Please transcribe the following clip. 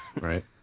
Right